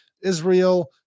Israel